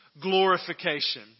glorification